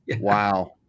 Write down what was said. wow